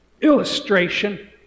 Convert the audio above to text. illustration